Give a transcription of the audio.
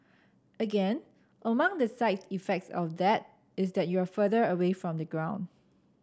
again among the side effects of that is that you're further away from the ground